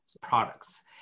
products